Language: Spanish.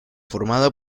formada